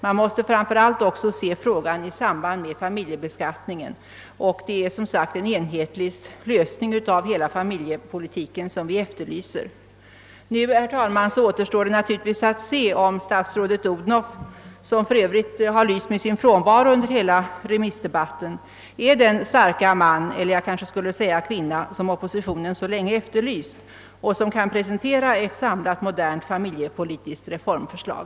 Och måste framför allt se frågan i samband med familjebeskattningen. Vad vi efterlyser är, såsom jag framhållit, en genomtänkt målsättning för familjepolitiken. Det återstår nu naturligtvis att se, herr talman, om statsrådet Odhnoff — som för övrigt lyst med sin frånvaro under hela remissdebatten — är den »starka kvinna» som oppositionen så länge efterlyst och som kan presentera ett samlat modernt familjepolitiskt reformförslag.